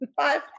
Five